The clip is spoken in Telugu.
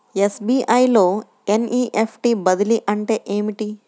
ఎస్.బీ.ఐ లో ఎన్.ఈ.ఎఫ్.టీ బదిలీ అంటే ఏమిటి?